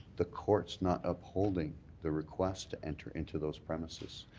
the courts not upholding the request to enter into those premises.